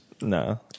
No